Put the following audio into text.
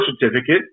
certificate